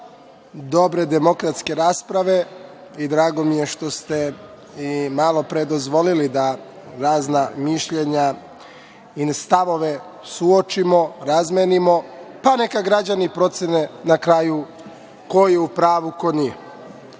dobre demokratske rasprave i drago mi je što ste i malopre dozvolili da razna mišljenja i stavove suočimo, razmenimo, pa neka građani procene na kraju ko je u pravu, ko nije. Ono